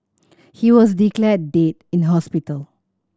he was declared dead in hospital